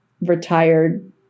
retired